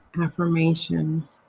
affirmation